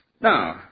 Now